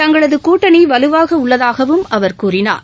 தங்களது கூட்டணி வலுவாக உள்ளதாகவும் அவர் கூறினார்